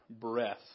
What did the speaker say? breath